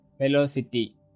velocity